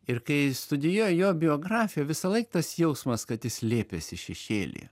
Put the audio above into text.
ir kai studijuoji jo biografiją visąlaik tas jausmas kad jis slėpėsi šešėlyje